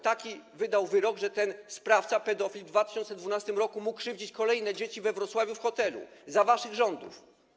Taki wydał wyrok, że ten sprawca pedofil w 2012 r. mógł krzywdzić kolejne dzieci we Wrocławiu, w hotelu, za waszych rządów.